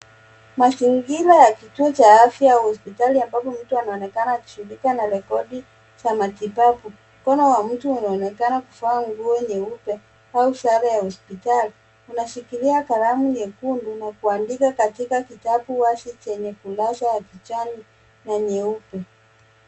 Mazingira ya kituo cha afya hospitali ambapo mtu anaonekana akishughulika na rekodi za matibabu. Mkono wa mtu unaonekana kuvaa nguo nyeupe, au sare ya hospitali. Unashikilia kalamu nyekundu, na kuandika katika kitabu wazi chenye kulrasa ya kijani, na nyeupe.